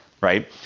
Right